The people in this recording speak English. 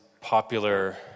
popular